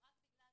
שרק בגלל